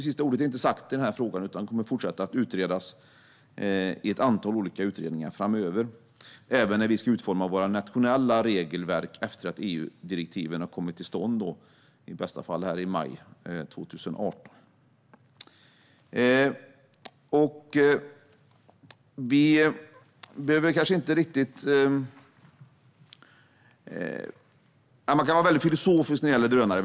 Sista ordet är inte sagt i den här frågan, utan den kommer att fortsätta att utredas i ett antal olika utredningar framöver, även när vi ska utforma våra nationella regelverk efter att EU-direktiven har kommit till stånd, i bästa fall i maj 2018. Man kan vara väldigt filosofisk när det gäller drönare.